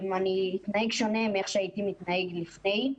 אני אתנהג שונה מאיך שהייתי מתנהג לפני,